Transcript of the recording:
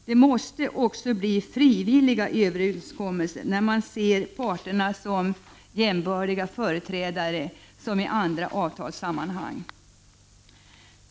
Det måste också bli frivilliga överenskommelser, där man ser parterna som jämbördiga företrädare, som i andra avtalssammanhang.